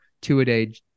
two-a-day